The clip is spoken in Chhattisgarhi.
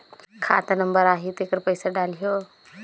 खाता नंबर आही तेकर पइसा डलहीओ?